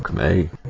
may